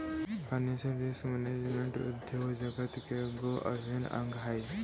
financial risk management उद्योग जगत के गो अभिन्न अंग हई